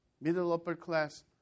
middle-upper-class